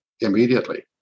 immediately